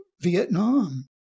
Vietnam